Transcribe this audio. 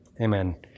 Amen